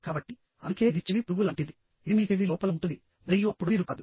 కాబట్టిఅందుకే ఇది చెవి పురుగు లాంటిది ఇది మీ చెవి లోపల ఉంటుంది మరియు అప్పుడు మీరు కాదు